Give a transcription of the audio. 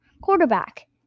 quarterback